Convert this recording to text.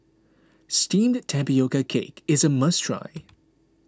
Steamed Tapioca Cake is a must try